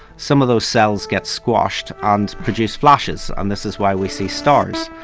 some of those cells get squashed and produce flashes and this is why we see stars.